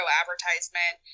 advertisement